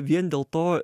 vien dėl to